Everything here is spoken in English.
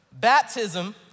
Baptism